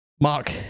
Mark